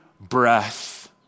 breath